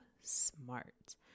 smart